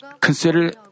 consider